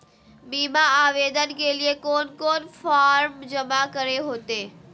बीमा आवेदन के लिए कोन कोन फॉर्म जमा करें होते